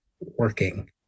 working